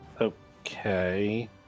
Okay